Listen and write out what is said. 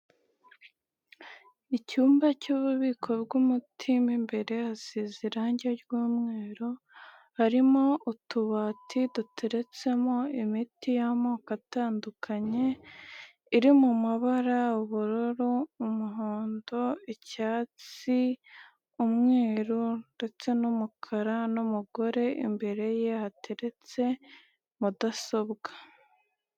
Icyumba cy'ububiko bw'umuti mo imbere hasize irangi ry'umweru, harimo utubati duteretsemo imiti y'amoko atandukanye iri mu mu mabara: ubururu, umuhondo, icyatsi, umweru ndetse n'umukara n'umugore imbere ye hateretse mudasobwa.